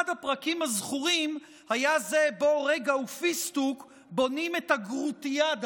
אחד הפרקים הזכורים היה זה שבו רגע ופיסטוק בונים את הגרוטיאדה,